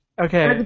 Okay